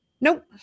Nope